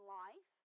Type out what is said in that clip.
life